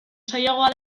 sailagoa